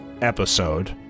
episode